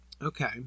okay